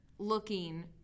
looking